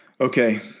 Okay